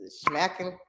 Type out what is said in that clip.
smacking